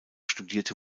studierte